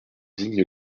digne